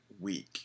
week